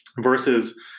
versus